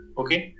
okay